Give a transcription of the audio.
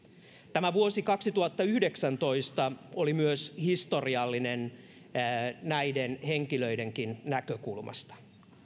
tämä vuosi kaksituhattayhdeksäntoista oli myös historiallinen näiden henkilöidenkin näkökulmasta